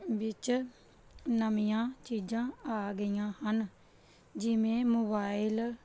ਵਿੱਚ ਨਵੀਆਂ ਚੀਜ਼ਾਂ ਆ ਗਈਆਂ ਹਨ ਜਿਵੇਂ ਮੋਬਾਈਲ